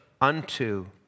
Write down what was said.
unto